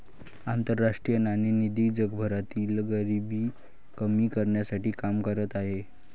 आंतरराष्ट्रीय नाणेनिधी जगभरातील गरिबी कमी करण्यासाठी काम करत आहे